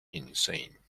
insane